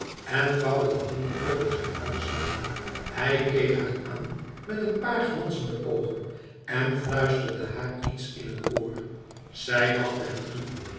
en vouwde de handen over zijn arm samen hij keek haar aan met een paar glanzende oogen en fluisterde haar iets in t oor zij lachte hem toe